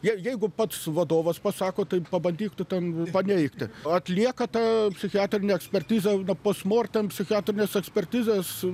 jei jeigu pats vadovas pasako taip pabandyk tu ten paneigti atlieka tą psichiatrinę ekspertizę post mortem psichiatrinės ekspertizės